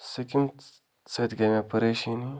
سُہ کَمۍ سۭتۍ گٔے مےٚ پَریشٲنی